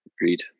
Agreed